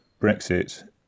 Brexit